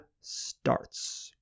starts